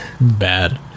Bad